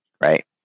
Right